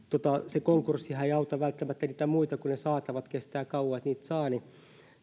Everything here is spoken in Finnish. se konkurssihan ei auta välttämättä niitä muita kun kestää kauan että niitä saatavia saa